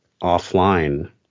offline